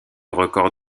record